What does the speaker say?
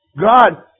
God